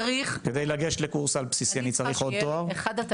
כדי לגשת לקורס על בסיסי אני צריך עוד תואר?